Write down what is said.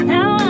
Now